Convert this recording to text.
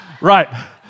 Right